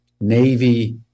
Navy